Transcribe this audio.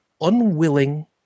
unwilling